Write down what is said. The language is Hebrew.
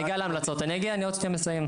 אני אגיד להמלצות אני עוד שניה מסיים.